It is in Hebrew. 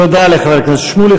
תודה לחבר הכנסת שמולי.